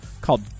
called